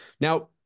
now